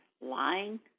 lying